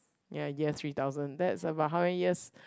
ya yes three thousand that's about how many years